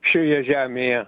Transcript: šioje žemėje